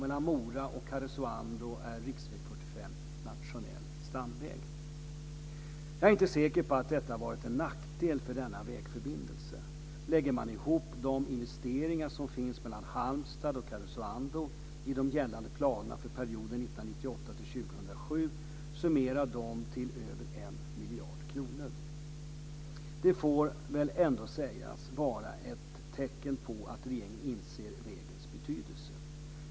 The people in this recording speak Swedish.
Mellan Mora och Karesuando är riksväg 45 nationell stamväg. Jag är inte så säker på att detta varit en nackdel för denna vägförbindelse. Lägger man ihop de investeringar som finns mellan Halmstad och Karesuando i de gällande planerna för perioden 1998-2007 summerar de till över 1 miljard kronor. Det får väl ändå sägas vara ett tecken på att regeringen inser vägens betydelse.